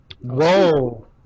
Whoa